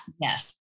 Yes